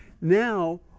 Now